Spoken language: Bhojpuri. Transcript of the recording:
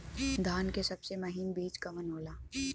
धान के सबसे महीन बिज कवन होला?